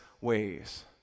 ways